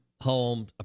home